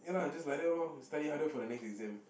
ya lah just like that lor you study harder for the next exam